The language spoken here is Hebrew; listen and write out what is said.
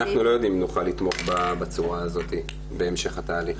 אנחנו לא יודעים אם נוכל לתמוך בצורה הזאת בהמשך התהליך.